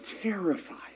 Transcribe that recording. terrified